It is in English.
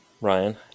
Ryan